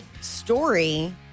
story